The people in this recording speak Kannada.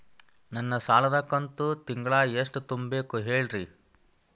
ನನ್ನ ಸಾಲದ ಕಂತು ತಿಂಗಳ ಎಷ್ಟ ತುಂಬಬೇಕು ಹೇಳ್ರಿ?